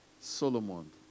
Solomon